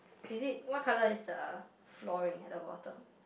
is it what colour is the flooring at the bottom